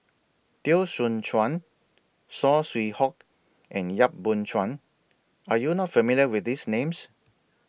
Teo Soon Chuan Saw Swee Hock and Yap Boon Chuan Are YOU not familiar with These Names